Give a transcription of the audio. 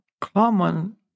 common